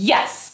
Yes